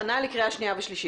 לקריאה שנייה ושלישית.